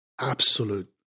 Absolute